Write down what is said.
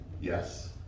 yes